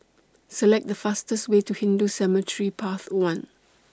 Select The fastest Way to Hindu Cemetery Path one